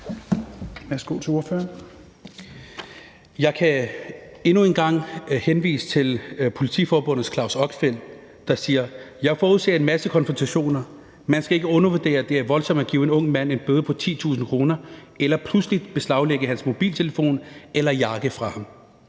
Jeg kan endnu en gang henvise til Politiforbundets Claus Oxfelt, der siger: Jeg forudser en masse konfrontationer. Man skal ikke undervurdere, at det er voldsomt at give en ung mand en bøde på 10.000 kr. eller pludselig beslaglægge hans mobiltelefon eller tage jakken fra ham.